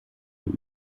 für